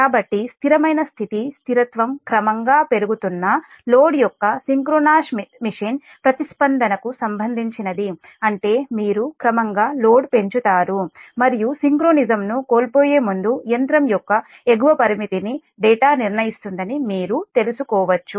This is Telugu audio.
కాబట్టి స్థిరమైన స్థితి స్థిరత్వం క్రమంగా పెరుగుతున్న లోడ్ యొక్క సింక్రోనస్ మెషీన్ ప్రతిస్పందనకు సంబంధించినది అంటే మీరు క్రమంగా లోడు పెంచుతారు మరియు సింక్రోనిజంను కోల్పోయే ముందు యంత్రం యొక్క ఎగువ పరిమితిని డేటా నిర్ణయిస్తుందని మీరు తెలుసుకోవచ్చు